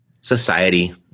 society